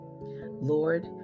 Lord